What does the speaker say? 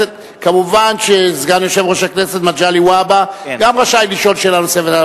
ומובן שסגן יושב-ראש הכנסת מגלי והבה גם רשאי לשאול שאלה נוספת,